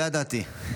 לא ידעתי.